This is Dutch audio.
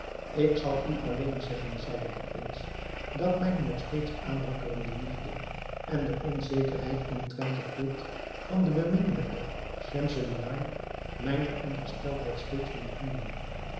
ik zal u alleen zeggen zeide de prins dat mijne nog steeds aanwakkerende liefde en de onzekerheid omtrent het lot van de beminnelijke schemselnihar mijne ongesteldheid steeds doen toenemen